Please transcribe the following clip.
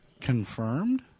confirmed